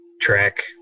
track